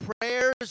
prayers